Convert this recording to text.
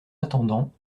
attendant